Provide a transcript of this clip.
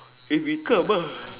if we come ah